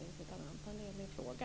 Det är min fråga.